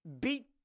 beat